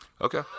okay